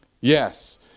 Yes